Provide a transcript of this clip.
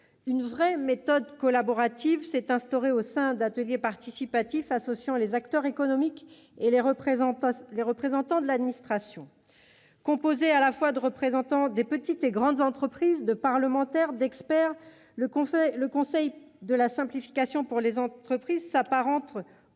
Une vraie méthode collaborative a vu le jour au sein d'ateliers participatifs associant les acteurs économiques et les représentants de l'administration. Composé de représentants des petites et des grandes entreprises, de parlementaires, d'experts, le Conseil de la simplification pour les entreprises s'apparente,